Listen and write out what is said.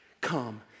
Come